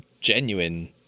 genuine